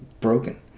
broken